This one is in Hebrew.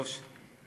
כבוד היושב-ראש,